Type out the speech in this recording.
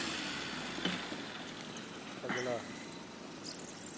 अगला